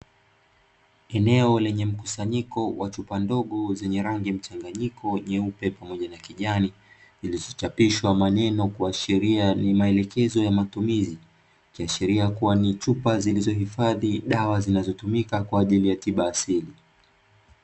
Eneo lenye mkusanyiko wa chupa ndogo zenye rangi mchanganyiko nyeupe pamoja na kijani zilizochapishwa maneno kuashiria ni maelekezo ya matumizi, ikiashiria kuwa ni chupa zilizohifadhi dawa zinazotumika kwa ajili ya tiba asili.